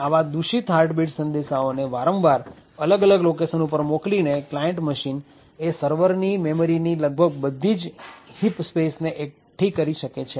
અને આવા દૂષિત હાર્ટબીટ સંદેશાઓને વારંવાર અલગ અલગ લોકેશન ઉપર મોકલીને ક્લાયન્ટ મશીન એ સર્વરની મેમરી ની લગભગ બધી જ હીપ સ્પેસ ને એકઠી કરી શકે છે